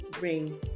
ring